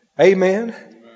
Amen